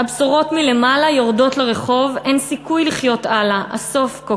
הבשורות מלמעלה / יורדות לרחוב / אין סיכוי לחיות הלאה / הסוף כה